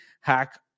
hack